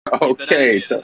Okay